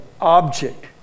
object